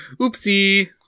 Oopsie